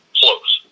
close